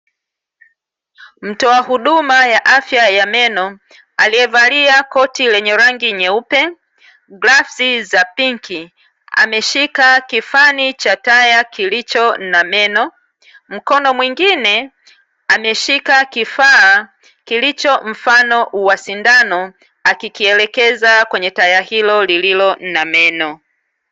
Mtoa huduma ya afya ya meno aliyevalia koti lenye rangi nyeupe, glavzi za pinki ameshika kifaani cha taya kilicho na meno, mkono mwingine ameshika kifaa kilicho mfano wa sindano, akikielekeza kwenye taya hili lililo na meno.